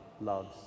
loves